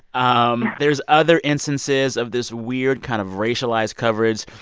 um there's other instances of this weird kind of racialized coverage.